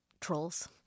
trolls